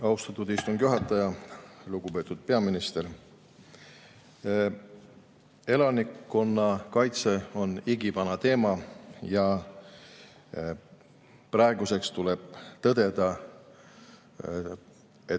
Austatud istungi juhataja! Lugupeetud peaminister! Elanikkonnakaitse on igivana teema. Praeguseks tuleb tõdeda,